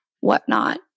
whatnot